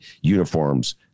uniforms